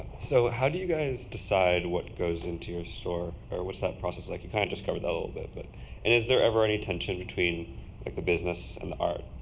so how do you guys decide what goes into your store? or what's that process like? you kind of just covered that a little bit, but and is there ever any tension between like the business and the art?